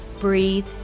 breathe